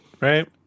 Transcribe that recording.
Right